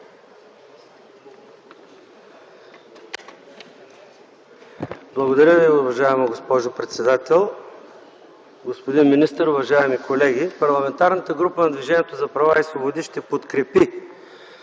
Благодаря, уважаема госпожо председател. Господин министър, уважаеми колеги! Парламентарната група на Движението за права и свободи ще подкрепи